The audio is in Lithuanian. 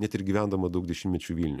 net ir gyvendama daug dešimtmečių vilniuj